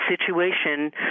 situation